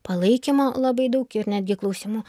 palaikymo labai daug ir netgi klausimų